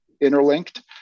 interlinked